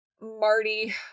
Marty